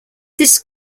this